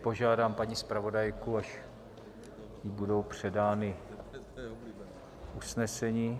Požádám paní zpravodajku, až jí budou předána usnesení.